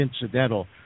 incidental